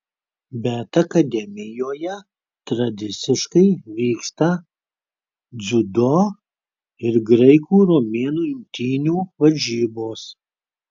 bet akademijoje tradiciškai vyksta dziudo ir graikų romėnų imtynių varžybos